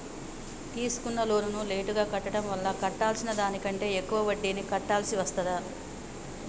తీసుకున్న లోనును లేటుగా కట్టడం వల్ల కట్టాల్సిన దానికంటే ఎక్కువ వడ్డీని కట్టాల్సి వస్తదా?